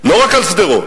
לא רק על שדרות,